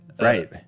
right